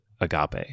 agape